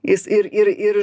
jis ir ir ir